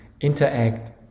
interact